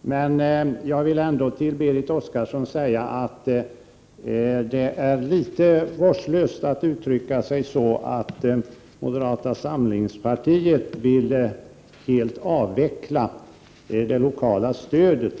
Men jag vill ändå till Berit Oscarsson säga att det är litet vårdslöst att uttrycka sig så, att moderata samlingspartiet vill helt avveckla det lokala stödet.